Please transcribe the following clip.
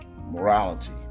morality